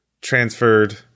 transferred